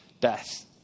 death